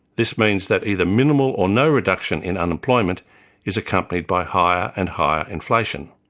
this means that either minimal or no reduction in unemployment is accompanied by higher and higher inflation.